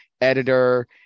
editor